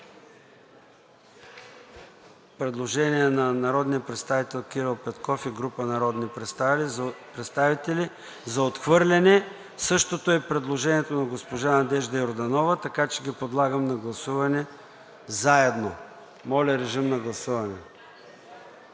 Предложение на народния представител Кирил Петков и група народни представители за отхвърляне. Същото е и предложението на госпожа Надежда Йорданова, така че ги подлагам на гласуване заедно. Моля режим на гласуване.